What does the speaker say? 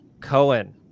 Cohen